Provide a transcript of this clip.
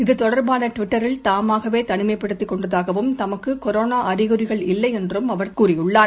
இது தொடர்பானட்விட்டரில் தாமாகவேதனிமைப்படுத்திக் கொண்டதாகவும் தமக்குகொரோனாஅறிகுறிகள் இல்லைஎன்றும் அவர் தெரிவித்துள்ளார்